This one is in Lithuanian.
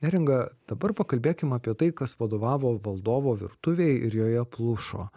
neringa dabar pakalbėkim apie tai kas vadovavo valdovo virtuvei ir joje plušo